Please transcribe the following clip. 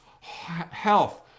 health